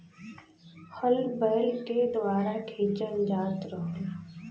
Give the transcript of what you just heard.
हल बैल के द्वारा खिंचल जात रहल